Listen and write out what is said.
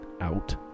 Out